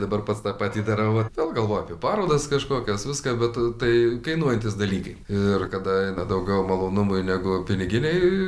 dabar pats tą patį darau ir vėl galvoju apie parodas kažkokias viską bet tai kainuojantys dalykai ir kada eina daugiau malonumui negu piniginei